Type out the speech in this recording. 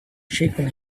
shaken